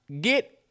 get